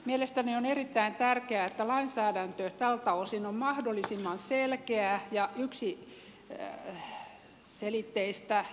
mielestäni on erittäin tärkeää että lainsäädäntö tältä osin on mahdollisimman selkeää ja yksiselitteistä johdonmukaista